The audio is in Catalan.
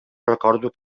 recordo